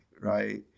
right